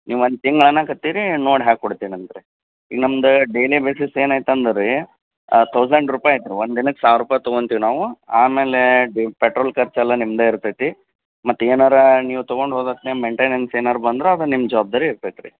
ನೀವು ಒಂದು ತಿಂಗ್ಳು ಅನ್ನೋಕ್ಹತ್ತೀರಿ ನೋಡಿ ಹಾಕ್ಕೊಡ್ತೀನ್ ಅಂತೆ ರೀ ಈಗ ನಮ್ದು ಡೇಲಿ ಬೇಸಿಸ್ ಏನಾಯ್ತಂದ್ರೆ ರೀ ತೌಸಂಡ್ ರೂಪಾಯಿ ಆಯ್ತು ರೀ ಒಂದು ದಿನಕ್ಕೆ ಸಾವಿರ ರೂಪಾಯಿ ತೊಗೊತೀವಿ ನಾವು ಆಮೇಲೆ ಡಿ ಪೆಟ್ರೋಲ್ ಖರ್ಚೆಲ್ಲ ನಿಮ್ಮದೇ ಇರ್ತೈತಿ ಮತ್ತು ಏನಾದ್ರು ನೀವು ತೊಗೊಂಡು ಹೋದ ಹೊತ್ತಿನ್ಯಾಗ್ ಮೆಂಟೆನೆನ್ಸ್ ಏನಾದ್ರು ಬಂದ್ರೆ ಅದು ನಿಮ್ಮ ಜವಾಬ್ದಾರಿ ಇರ್ತೈತಿ ರೀ